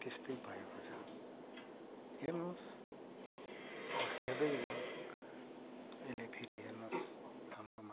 त्यस्तै भएको छ हेर्नुहोस् हेर्दै जाऊ यसले फेरि हेर्नुहोस् हाम्रोमा